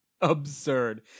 absurd